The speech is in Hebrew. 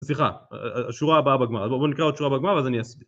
סליחה, השורה הבאה בגמרא, אז בואו נקרא עוד שורה בגמר ואז אני אסביר.